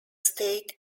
state